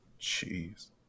Jeez